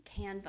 canva